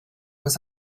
was